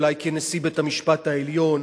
אולי כנשיא בית-המשפט העליון?